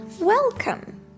welcome